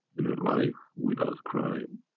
in a life without crime.